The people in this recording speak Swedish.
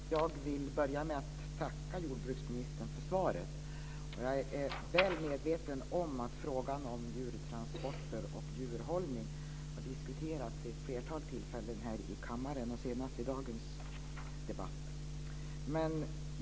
Fru talman! Jag vill börja med att tacka jordbruksministern för svaret. Jag är väl medveten om att frågan om djurtransporter och djurhållning har diskuterats vid ett flertal tillfällen här i kammaren, senast i dagens debatt.